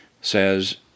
says